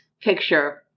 picture